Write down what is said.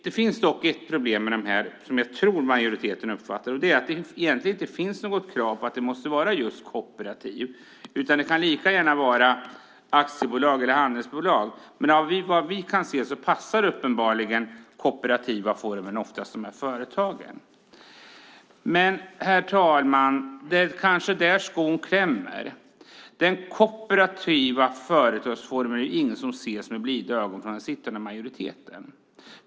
Det finns dock ett problem med dessa företag som jag tror att majoriteten uppfattar, och det är att det egentligen inte finns något krav på att det måste vara just kooperativ. Det kan lika gärna vara aktiebolag eller handelsbolag. Men såvitt vi kan se passar uppenbarligen den kooperativa formen ofta dessa företag. Herr talman! Det kanske är där skon klämmer. Den kooperativa företagsformen är inget som man ser på med blida ögon från den sittande majoriteten.